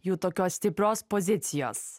jų tokios stiprios pozicijos